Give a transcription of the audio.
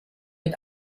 mit